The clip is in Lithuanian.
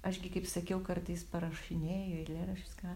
aš gi kaip sakiau kartais parašinėju eilėraščius ką